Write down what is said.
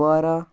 Kupwara